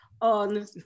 on